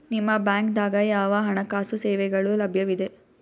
ನಿಮ ಬ್ಯಾಂಕ ದಾಗ ಯಾವ ಹಣಕಾಸು ಸೇವೆಗಳು ಲಭ್ಯವಿದೆ?